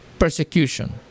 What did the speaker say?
persecution